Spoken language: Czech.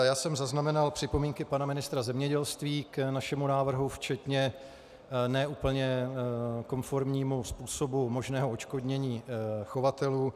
Já jsem zaznamenal připomínky pana ministra zemědělství k našemu návrhu včetně ne úplně konformnímu způsobu možného odškodnění chovatelů.